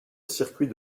circuit